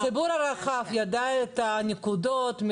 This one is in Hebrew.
הציבור הרחב ידע את הנקודות?